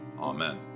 Amen